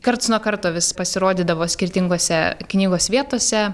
karts nuo karto vis pasirodydavo skirtingose knygos vietose